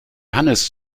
hannes